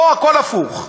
פה הכול הפוך: